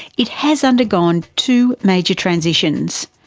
it has undergone two major transitions.